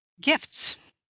gifts